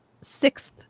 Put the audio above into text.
sixth